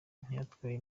ntiyitwaye